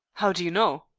how do you know?